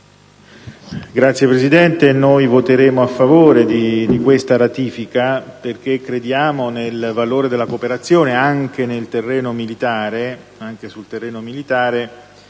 Signora Presidente, noi voteremo a favore di questa ratifica perché crediamo nel valore della cooperazione anche sul terreno militare,